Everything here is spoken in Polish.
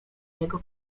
jego